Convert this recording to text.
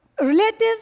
Relatives